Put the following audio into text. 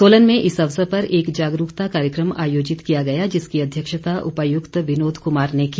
सोलन में इस अवसर पर एक जागरूकता कार्यक्रम आयोजित किया गया जिसकी अध्यक्षता उपायुक्त विनोद कुमार ने की